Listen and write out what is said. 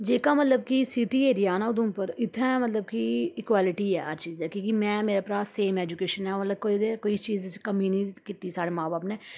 जेह्का मतलब की सिटी एरिया ना उधमपुर इ'त्थें मतलब कि इक्वलिटी ऐ हर चीज़ा दी की के में मेरा भ्राऽ सेम एजुकेशन ऐ मतलब कोई ते किश चीज़ च कमी निं कीती साढ़े मां ब'ब्ब ने